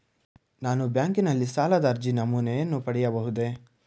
ನಾನು ಬ್ಯಾಂಕಿನಲ್ಲಿ ಸಾಲದ ಅರ್ಜಿ ನಮೂನೆಯನ್ನು ಪಡೆಯಬಹುದೇ?